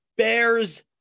Bears